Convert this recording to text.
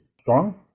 strong